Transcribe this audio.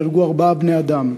נהרגו ארבעה בני-אדם: